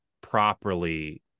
properly